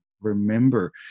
remember